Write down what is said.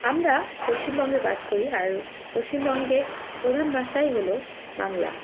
আমরা পশ্চিমবঙ্গে বাস করি আর পশ্চিমবঙ্গে প্রধান ভাষাই হলো বাংলা